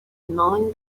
knowing